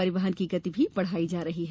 परिवहन की गति बढाई जा रही है